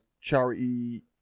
charity